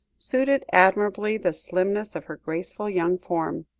suited admirably the slimness of her graceful young form.